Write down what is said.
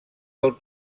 del